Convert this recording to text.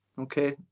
Okay